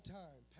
time